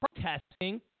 protesting